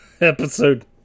episode